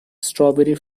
strawberry